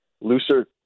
looser